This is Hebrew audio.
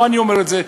לא אני אומר את זה,